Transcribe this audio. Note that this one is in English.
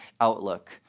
outlook